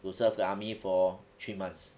to serve the army for three months